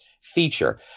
feature